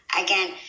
again